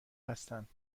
هستند